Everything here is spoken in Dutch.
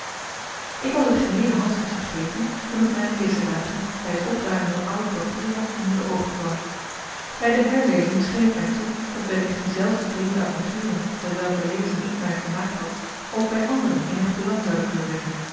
ik was het geheele handschrift vergeten toen het mij dezer dagen bij het opruimen van oude papieren onder de oogen kwam bij de herlezing scheen het mij toe dat wellicht diezelfde vreemde avonturen met welker lezing ik mij vermaakt had ook bij anderen eenig belang zouden kunnen wekken